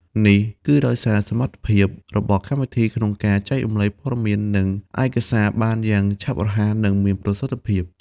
នេះគឺដោយសារសមត្ថភាពរបស់កម្មវិធីក្នុងការចែករំលែកព័ត៌មាន និងឯកសារបានយ៉ាងឆាប់រហ័ស និងមានប្រសិទ្ធភាព។